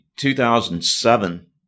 2007